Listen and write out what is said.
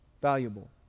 valuable